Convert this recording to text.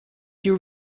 you